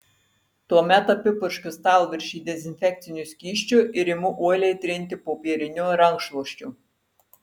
tuomet apipurškiu stalviršį dezinfekciniu skysčiu ir imu uoliai trinti popieriniu rankšluosčiu